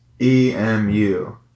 EMU